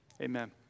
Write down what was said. Amen